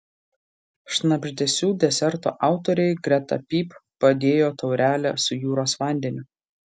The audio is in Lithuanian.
šnabždesių deserto autoriai greta pyp padėjo taurelę su jūros vandeniu